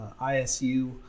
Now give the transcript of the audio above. ISU